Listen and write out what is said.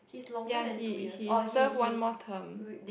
ya he he serve one more term